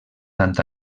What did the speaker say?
tant